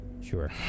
Sure